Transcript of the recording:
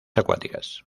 acuáticas